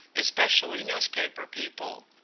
especially newspaper people.